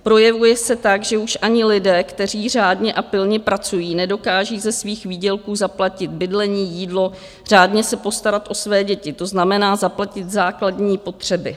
Projevuje se tak, že už ani lidé, kteří řádně a pilně pracují, nedokáží ze svých výdělků zaplatit bydlení, jídlo, řádně se postarat o své děti, to znamená zaplatit základní potřeby.